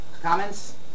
Comments